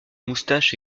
moustaches